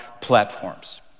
platforms